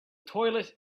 toilet